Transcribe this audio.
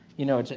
you know,